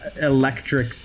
electric